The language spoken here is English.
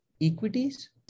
equities